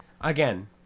again